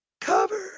Cover